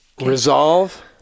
Resolve